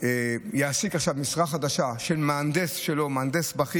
יעסיק עכשיו משרה חדשה של מהנדס בכיר,